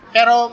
Pero